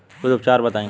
कुछ उपचार बताई?